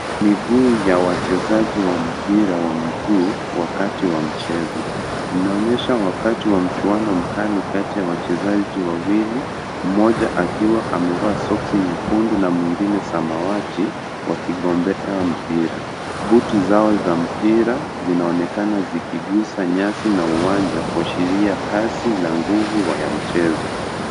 Miguu ya wachezji wa miguu wakati wa michezo inaonyesha wakati wa mchuano mkali kati ya wachezaji wawili mmoja akiwa amevaa soksi nyekundu na mwengine samawati wakigombea mpira. Buti zao za mpira zinaonekana zikigusa nyasi na uwanja kuashiria kasi na guvu ya mchezo.